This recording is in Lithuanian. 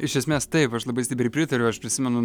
iš esmės taip aš labai stipriai pritariu aš prisimenu